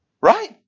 Right